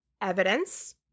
evidence